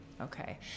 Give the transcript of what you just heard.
Okay